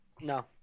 No